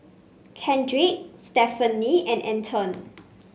Kendrick Stephanie and Anton